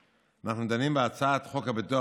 אז גלנט, אל תטיף מוסר, תגיד שאתה